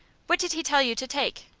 what did he tell you to take?